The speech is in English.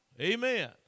Amen